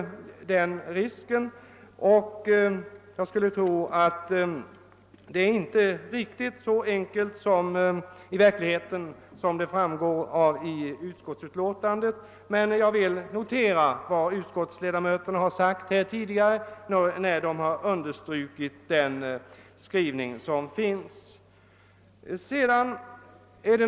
Jag skulle tro att det inte är riktigt så enkelt i verkligheten som det framgår av utskottsutlåtandet. Jag noterar att utskottsledamöterna har understrukit den skrivning som utskottet har gjort.